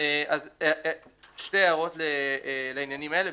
שתי הערות לעניינים האלה.